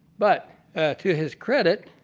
but to his credit,